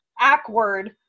awkward